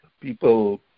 People